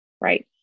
Right